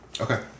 Okay